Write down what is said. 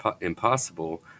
impossible